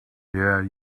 yeah